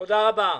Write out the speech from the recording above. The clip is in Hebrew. תודה רבה.